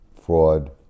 fraud